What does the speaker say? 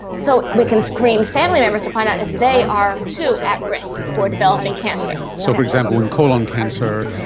so we can screen family members to find out if they are too at risk for developing cancer. so, for example, in colon cancer,